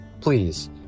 Please